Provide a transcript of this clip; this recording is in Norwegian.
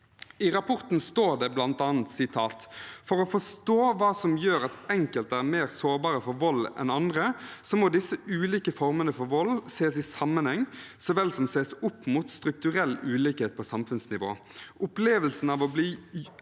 I rapporten står det bl.a. at «for å forstå hva som gjør at enkelte er mer sårbare for vold enn andre, så må disse ulike formene for vold ses i sammenheng, så vel som å ses opp mot strukturell ulikhet på samfunnsnivå. Opplevelsen av å bli